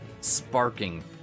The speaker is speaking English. sparking